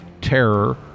terror